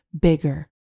bigger